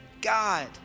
God